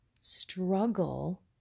struggle